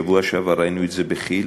בשבוע שעבר ראינו את זה בכי"ל,